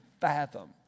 fathom